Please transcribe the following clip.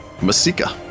Masika